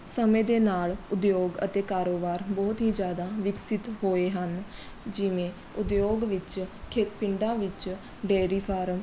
ਸਮੇਂ ਦੇ ਨਾਲ਼ ਉਦਯੋਗ ਅਤੇ ਕਾਰੋਬਾਰ ਬਹੁਤ ਹੀ ਜ਼ਿਆਦਾ ਵਿਕਸਿਤ ਹੋਏ ਹਨ ਜਿਵੇਂ ਉਦਯੋਗ ਵਿੱਚ ਖੇਤ ਪਿੰਡਾਂ ਵਿੱਚ ਡੇਅਰੀ ਫਾਰਮ